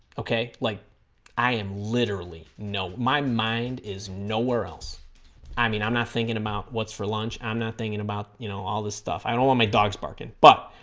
okay like i am literally no my mind is nowhere else i mean i'm not thinking about what's for lunch i'm not thinking about you know all this stuff i don't want my dogs barking but